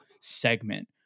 segment